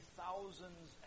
thousands